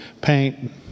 paint